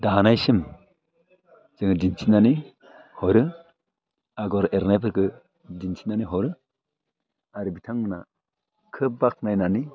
दानायसिम जोङो दिन्थिनानै हरो आगर एरनायफोरखो दिन्थिनानै हरो आरो बिथांमोना खोब बाख्नायनानै